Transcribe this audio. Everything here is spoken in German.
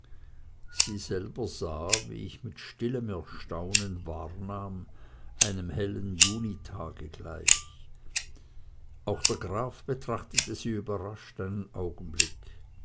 sie selber sah wie ich mit stillem erstaunen wahrnahm einem hellen junitage gleich auch der graf betrachtete sie überrascht einen augenblick